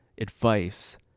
advice